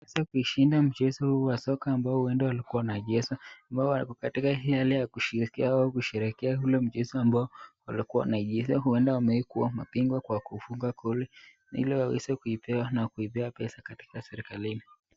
Kuishinda mchezo huo wa soka ambao walikuwa wanacheza ambao walikuwa katika hali ya kushiriki au kusherehekea ule mchezo ambao walikuwa wanacheza, huenda wamekuwa mabingwa kwa kufunga goli ili waweze kuipea na kuipea pesa katika serikalini.